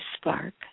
spark